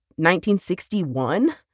1961